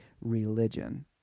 religion